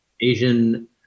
Asian